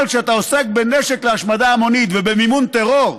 אבל כשאתה עוסק בנשק להשמדה המונית ובמימון טרור,